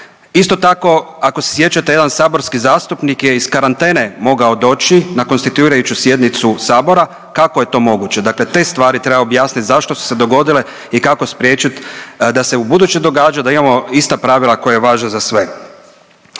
Isto tako, ako se sjećate jedan saborski zastupnik je iz karantene mogao doći na konstituirajuću sjednicu Sabora. Kako je to moguće? Dakle, te stvari treba objasniti zašto su se dogodile i kako spriječiti da se u buduće događa da imamo ista pravila koja važe za sve.